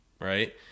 right